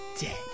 dead